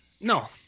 no